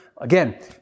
Again